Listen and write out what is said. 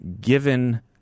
given